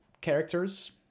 characters